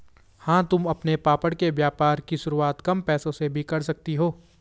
हाँ तुम अपने पापड़ के व्यापार की शुरुआत कम पैसों से भी कर सकती हो